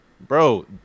Bro